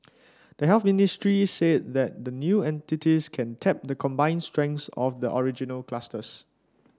the Health Ministry said that the new entities can tap the combined strengths of the original clusters